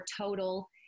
total